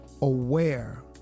aware